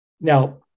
now